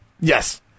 yes